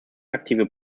aktive